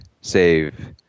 save